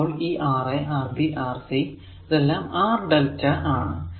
അപ്പോൾ ഈ Ra Rb Rc R lrmΔ ആണ്